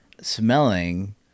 smelling